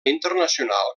internacional